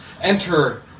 Enter